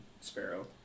Sparrow